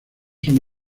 son